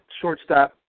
shortstop